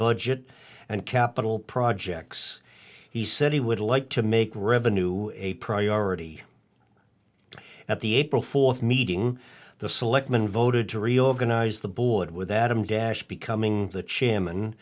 budget and capital projects he said he would like to make revenue a priority at the april fourth meeting the selectmen voted to reorganize the board with adam dash becoming the chairman